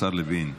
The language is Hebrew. השר לוין,